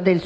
del